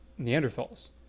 Neanderthals